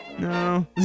No